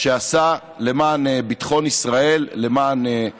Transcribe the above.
שעשה למען ביטחון ישראל, למען צה"ל.